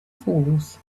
falls